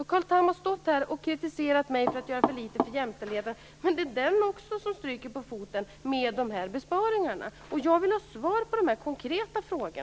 Carl Tham har stått här och kritiserat mig för att jag är för litet för jämställdheten, men den stryker också på foten med de här besparingarna. Jag vill ha svar på dessa konkreta frågor.